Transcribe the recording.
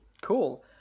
Cool